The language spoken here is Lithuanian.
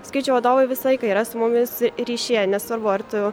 skrydžių vadovai visą laiką yra su mumis ryšyje nesvarbu ar tu